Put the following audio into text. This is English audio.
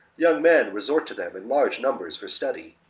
young men resort to them in large numbers for study,